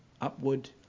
Upward